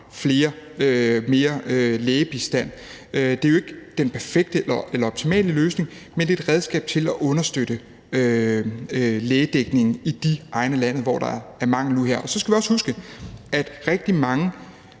sikre mere lægebistand. Det er jo ikke den perfekte eller optimale løsning, men det er et redskab til at understøtte lægedækningen i de egne af landet, hvor der er mangel nu og her. Så skal vi også huske, at rigtig mange